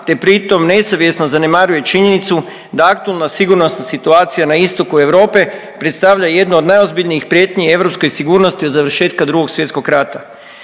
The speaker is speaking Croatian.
te pri tom nesavjesno zanemaruje činjenicu da aktualna sigurnosna situacija na istoku Europe predstavlja jednu od najozbiljnijih prijetnji europskoj sigurnosti od završetka Drugog svjetskog rata.